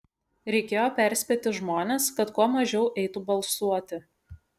reikėjo perspėti žmones kad kuo mažiau eitų balsuoti